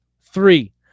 Three